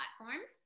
platforms